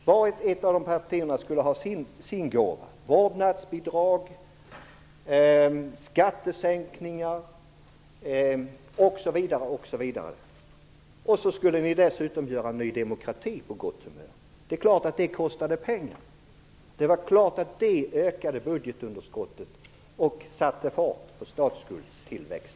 Vart och ett av de här partierna skulle ha sin gåva: vårdnadsbidrag, skattesänkningar osv. Dessutom skulle ni hålla Ny demokrati på gott humör. Det är klart att det kostade pengar, ökade budgetunderskottet och satte fart på statsskuldens tillväxt.